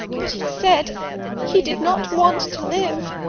but he said he did not want to live.